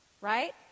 right